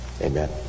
Amen